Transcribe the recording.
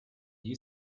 you